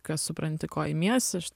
kad supranti ko imiesi aš